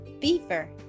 Beaver